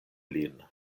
lin